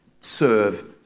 serve